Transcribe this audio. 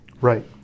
Right